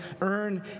earn